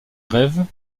grèves